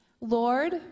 Lord